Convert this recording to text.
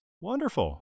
Wonderful